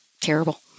terrible